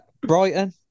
Brighton